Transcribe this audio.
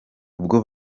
uwo